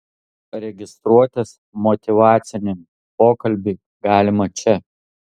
registruotis motyvaciniam pokalbiui galima čia